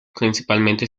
principalmente